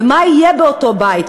ומה יהיה באותו בית?